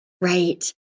right